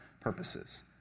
purposes